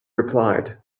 replied